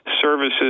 services